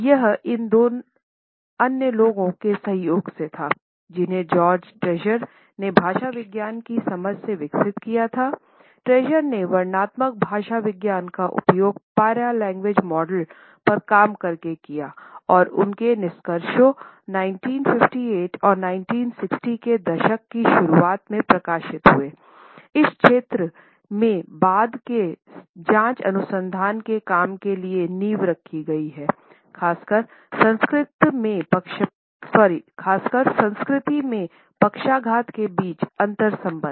यह इन दो अन्य लोगों के सहयोग से था जिन्हें जॉर्ज ट्रेजर ने भाषा विज्ञान की समझ से विकसित किया था ट्रेजर ने वर्णनात्मक भाषा विज्ञान का उपयोग पैरालैंगज मॉडल पर काम कर के किया और उनके निष्कर्षों 1958 और 1960 के दशक की शुरुआत में प्रकाशित हुए थे इस क्षेत्र में बाद के जांच अनुसंधान के काम के लिए नींव रखी गई हैखासकर संस्कृति में पक्षाघात के बीच अंतर्संबंध